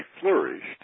flourished